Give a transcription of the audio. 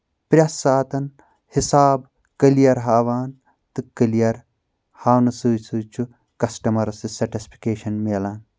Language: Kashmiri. پرٛؠتھ ساتن حِساب کٔلیر ہاوان تہٕ کٔلیر ہاونہٕ سۭتۍ سۭتۍ چھُ کسٹمرس سۭتۍ سیٹسفکیشن ملان